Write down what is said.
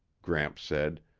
gramps said.